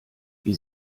wie